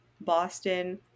Boston